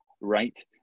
right